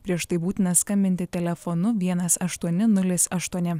prieš tai būtina skambinti telefonu vienas aštuoni nulis aštuoni